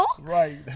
Right